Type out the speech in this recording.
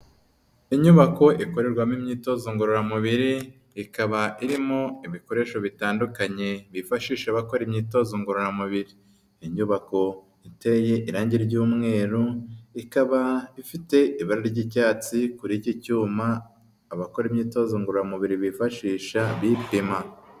Inyubako ikorerwamo imyitozo ngororamubiri ikaba irimo ibikoresho bitandukanye bifashisha bakora imyitozo ngororamubiri, inyubako iteye irange ry'umweru, ikaba ifite ibara ry'icyatsi kuri iki cyuma abakora imyitozo ngororamubiri bifashisha bipima.